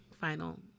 final